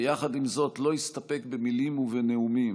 ויחד עם זאת לא הסתפק במילים ובנאומים,